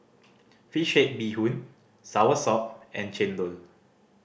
fish head bee hoon soursop and chendol